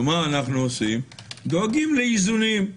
ואנו דואגים לאיזונים.